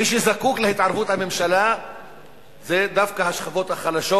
מי שזקוק להתערבות הממשלה זה דווקא השכבות החלשות,